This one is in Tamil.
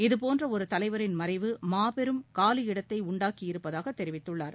இது போன்ற ஒரு தலைவரின் மறைவு மாபெரும் காவி இடத்தை உண்டாக்கியிருப்பதாக தெரிவித்துள்ளார்